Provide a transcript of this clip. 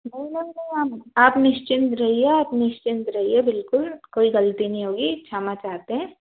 नहीं नहीं नहीं आप आप निश्चिंत रहिए आप निश्चिंत रहिए बिल्कुल कोई गलती नहीं होगी क्षमा चाहते हैं